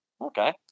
Okay